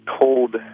cold